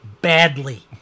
badly